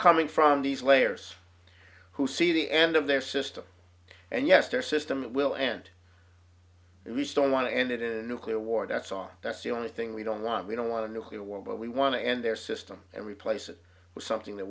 coming from these layers who see the end of their system and yester system will and we don't want to end it in nuclear war that's on that's the only thing we don't want we don't want to nuclear war but we want to end their system and replace it with something that